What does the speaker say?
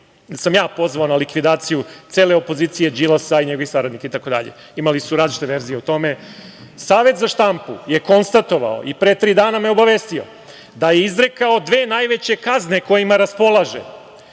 sam ja pozvao na likvidaciju cele opozicije, Đilasa i njegovih saradnika itd. Imali su različite verzije o tome. Savet za štampu je konstatovao i pre tri dana me obavestio da je izrekao dve najveće kazne kojima raspolaže